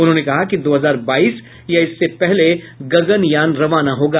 उन्होंने कहा कि दो हजार बाईस या इससे पहले गगनयान रवाना होगा